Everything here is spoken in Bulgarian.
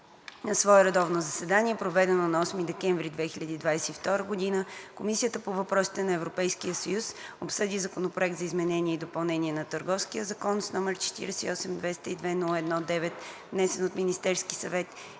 свое редовно заседание, проведено на 8 декември 2022 г., Комисията по въпросите на Европейския съюз обсъди Законопроект за изменение и допълнение на Търговския закон, № 48-202-01-9, внесен от Министерски съвет на